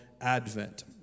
Advent